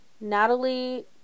Natalie